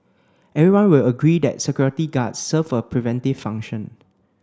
everyone will agree that security guards serve a preventive function